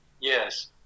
Yes